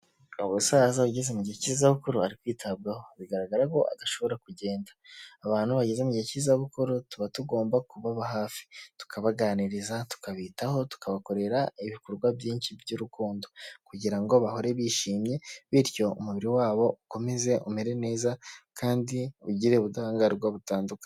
Umusaza ugeze mu gihe cy'izabukuru ari kwitabwaho bigaragara ko adashobora kugenda, abantu bageze mu gihe cy'izabukuru tuba tugomba kubaba hafi tukabaganiriza tukabitaho tukabakorera ibikorwa byinshi by'urukundo kugira ngo bahore bishimye bityo umubiri wabo ukomeze umere neza kandi ugire ubudahangarwa butandukanye.